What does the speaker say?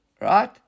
right